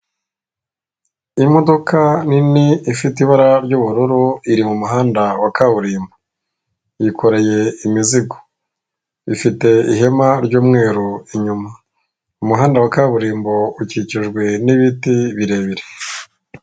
Imodoka nini ifite ibara ry'ubururu iri mumuhanda wa kaburimbo yikoreye imizigo ,ifite ihema ry'umweru inyuma umuhanda wa kaburimbo ukikijwe n'ibiti birebire .